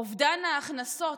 אובדן ההכנסות,